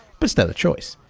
but still a choice!